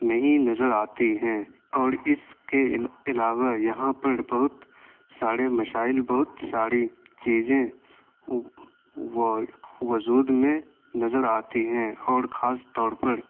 نہیں نظر آتی ہیں اور اس کے علاوہ یہاں پر بہت سارے مشائل بہت ساری چیزیں وجود میں نظر آتی ہیں اور خاص طور پر